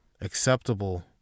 acceptable